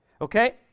Okay